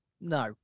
no